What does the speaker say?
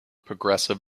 progressive